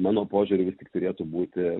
mano požiūriu vis tik turėtų būti